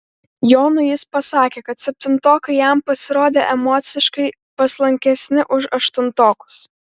jonui jis pasakė kad septintokai jam pasirodė emociškai paslankesni už aštuntokus